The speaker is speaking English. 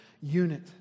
unit